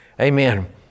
Amen